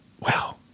wow